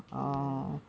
ya